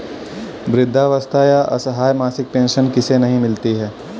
वृद्धावस्था या असहाय मासिक पेंशन किसे नहीं मिलती है?